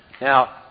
Now